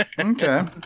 Okay